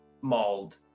mauled